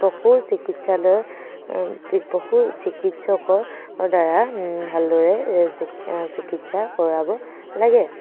পশু চিকিৎসালয় পশু চিকিৎসকৰ দ্বাৰা ভালদৰে চিকিৎসা কৰাব লাগে